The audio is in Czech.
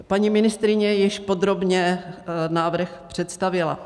Paní ministryně již podrobně návrh představila.